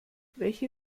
welche